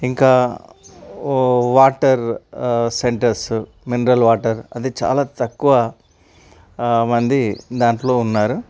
ఇంకా water centres mineral water అది చాలా తక్కువ మంది దాంట్లో ఉన్నారు